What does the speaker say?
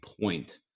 point